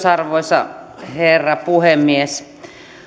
arvoisa herra puhemies